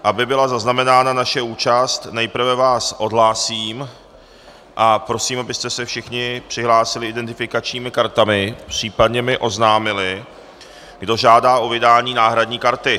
Aby byla zaznamenána naše účast, nejprve vás odhlásím a prosím, abyste se všichni přihlásili identifikačními kartami, případně mi oznámili, kdo žádá o vydání náhradní karty.